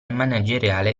manageriale